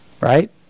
Right